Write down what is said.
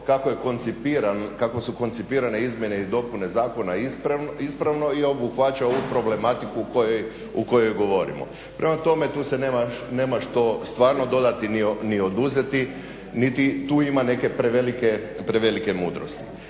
kako su koncipirane izmjene i dopune zakona ispravno i obuhvaća ovu problematiku o kojoj govorimo. Prema tome tu se nema što stvarno dodati ni oduzeti niti tu ima neke prevelike mudrosti.